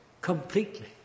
completely